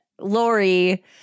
Lori